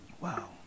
Wow